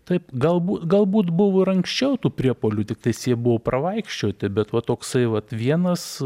taip galbū galbūt buvo ir anksčiau tų priepuolių tiktais jie buvo pravaikščioti bet va toksai vat vienas